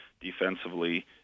defensively